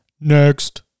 next